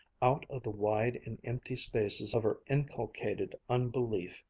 out of the wide and empty spaces of her inculcated unbelief,